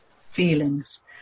feelings